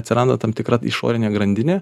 atsiranda tam tikra išorinė grandinė